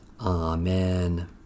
Amen